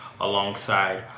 alongside